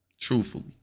truthfully